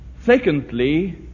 Secondly